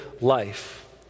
life